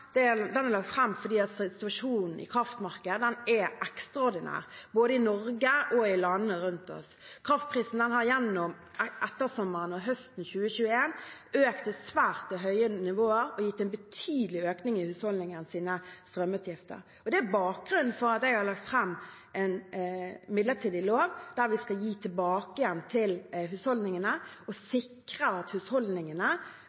lagt fram. Den er lagt fram fordi situasjonen i kraftmarkedet er ekstraordinær i både Norge og landene rundt oss. Kraftprisen har gjennom ettersommeren og høsten i år økt til svært høye nivåer og gitt en betydelig økning i husholdningenes strømutgifter. Det er bakgrunnen for at jeg har lagt fram en midlertidig lov, der vi skal gi tilbake til husholdningene og